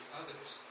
others